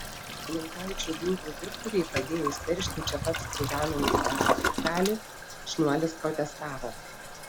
linkaičių ginklų dirbtuvei pradėjus teršti čia pat sruvenantį beržos upelį šniuolis protestavo